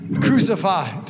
crucified